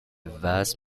vast